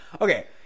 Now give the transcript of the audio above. Okay